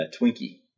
Twinkie